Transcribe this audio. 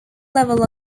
level